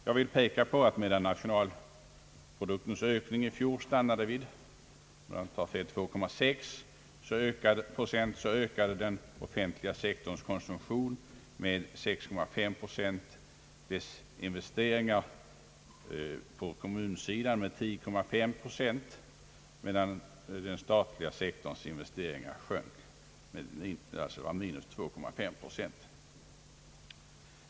Jag vill peka på att medan nationalproduktens ökning i fjol stannade vid 2,6 procent ökade den offentliga sektorns konsumtion med 6,5 procent och dess investeringar på kommunsidan med 10,5 procent, medan den statliga sektorns investeringar sjönk med 2,5 procent.